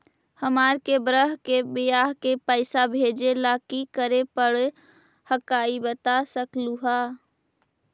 हमार के बह्र के बियाह के पैसा भेजे ला की करे परो हकाई बता सकलुहा?